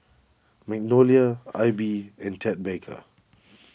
Magnolia Aibi and Ted Baker